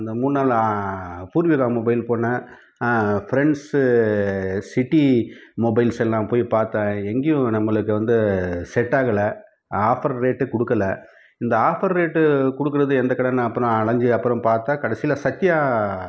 அந்த மூணு நாலு பூர்விகா மொபைல் போனேன் ஃப்ரெண்ட்ஸு சிட்டி மொபைல்ஸெல்லாம் போய் பார்த்தேன் எங்கேயும் நம்மளுக்கு வந்து செட் ஆகலை ஆஃபர் ரேட்டுக்கு கொடுக்கலை இந்த ஆஃபர் ரேட்டு கொடுக்குறது எந்த கடைன்னு அப்புறம் அலைஞ்சி அப்புறம் பார்த்தா கடைசில சத்யா